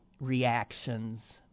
reactions